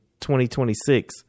2026